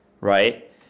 right